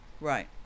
Right